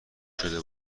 شده